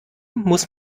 muss